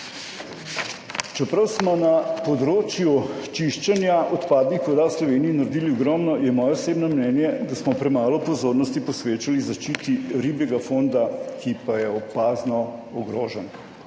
Čeprav smo na področju čiščenja odpadnih voda v Sloveniji naredili ogromno je moje osebno mnenje, da smo premalo pozornosti posvečali zaščiti ribjega fonda, ki pa je opazno ogrožen.